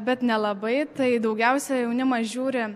bet nelabai tai daugiausia jaunimas žiūri